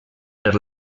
per